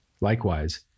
Likewise